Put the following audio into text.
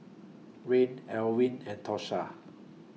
Reid Elwyn and Tosha